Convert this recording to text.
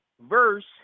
verse